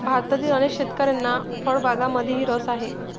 भारतातील अनेक शेतकऱ्यांना फळबागांमध्येही रस आहे